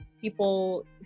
people